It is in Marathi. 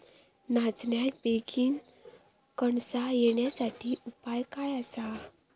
नाचण्याक बेगीन कणसा येण्यासाठी उपाय काय?